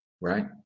Right